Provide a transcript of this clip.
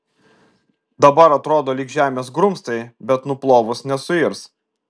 dabar atrodo lyg žemės grumstai bet nuplovus nesuirs